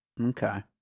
Okay